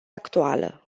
actuală